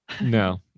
No